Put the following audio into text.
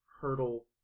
hurdle